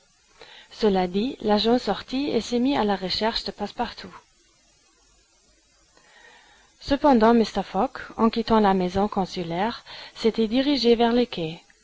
cela dit l'agent sortit et se mit à la recherche de passepartout cependant mr fogg en quittant la maison consulaire s'était dirigé vers le quai